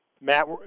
Matt